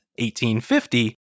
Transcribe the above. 1850